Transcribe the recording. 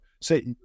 say